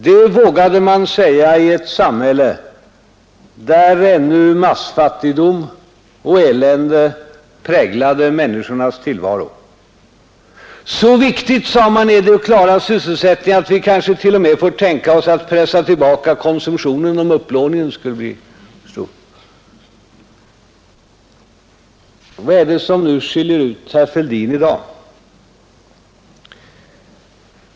Det vågade man säga i ett samhälle där ännu massfattigdom och elände präglade människornas tillvaro. Så viktigt, sade man, är det att klara sysselsättningen att vi kanske t.o.m. får tänka oss att pressa tillbaka konsumtionen om upplåningen skulle bli för stor. Vad är det som skiljer ut herr Fälldin i dag?